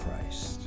christ